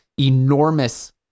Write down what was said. enormous